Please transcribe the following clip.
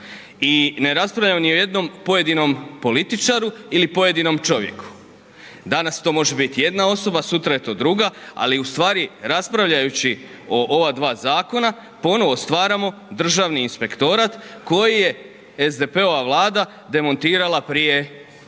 i ne raspravljamo ni o jednom pojedinom političaru ili pojedinom čovjeku, danas to može bit jedna osoba, sutra je to druga, ali ustvari raspravljajući o ova dva Zakona ponovno stvaramo Državni inspektorat koji je SDP-ova Vlada demontirala prije 8